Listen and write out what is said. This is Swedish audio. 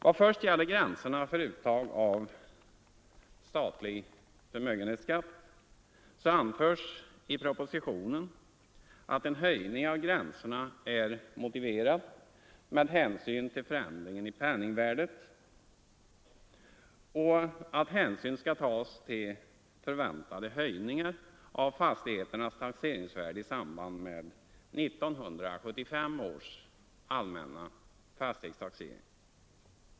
Vad först gäller gränserna för uttag av statlig förmögenhetsskatt så anförs i propositionen att en höjning av gränserna är motiverad med hänsyn till förändringen i penningvärdet och att hänsyn skall tas till förväntade höjningar av fastigheternas taxeringsvärden i samband med 1975 års allmänna fastighetstaxering.